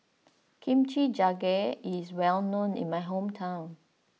Kimchi jjigae is well known in my hometown